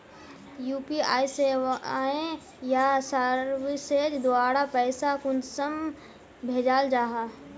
UPI सेवाएँ या services द्वारा पैसा कुंसम भेजाल जाहा?